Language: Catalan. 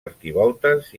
arquivoltes